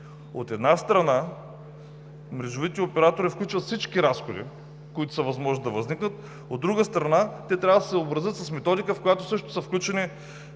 на транспорта. Мрежовите оператори включват всички разходи, които е възможно да възникнат, но от друга страна, те трябва да се съобразят с методика, в която също са включени